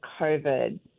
COVID